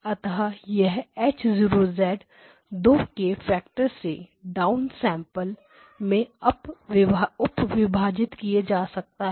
अतः यह H 0 दो 2 के फैक्टर से डाउन सैंपल में उप विभाजित किया जा सकता है